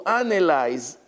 analyze